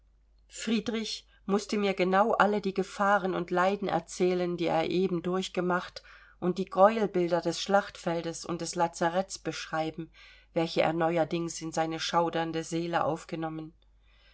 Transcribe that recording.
friedrich mußte mir genau alle die gefahren und leiden erzählen die er eben durchgemacht und die greuelbilder des schlachtfeldes und des lazareths beschreiben welche er neuerdings in seine schaudernde seele aufgenommen